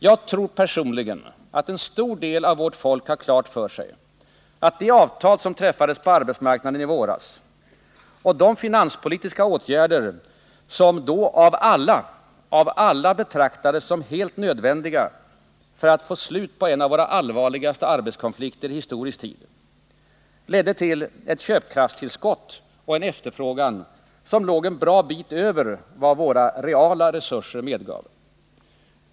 Jag tror personligen att en stor del av vårt folk har klart för sig att de avtal som träffades på arbetsmarknaden i våras och de finanspolitiska åtgärder som då av alla betraktades som helt nödvändiga för att få slut på en av våra allvarligaste arbetskonflikter i historisk tid ledde till ett köpkraftstillskott och en efterfrågan som låg en bra bit över vad våra reala resurser medgav.